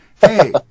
Hey